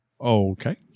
Okay